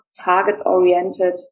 target-oriented